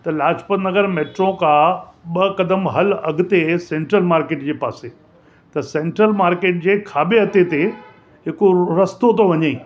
त लाजपतनगर मैटिरो खां ॿ क़दम हल अॻिते सेंट्र्ल मार्केट जे पासे त सेंट्रल मार्केट जे खाॿे हथे ते हिकु रस्तो थो वञई